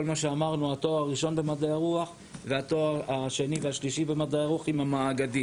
מקצועות מדעי הרוח בחטיבת הביניים ובחטיבות העליונות.